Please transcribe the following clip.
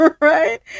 Right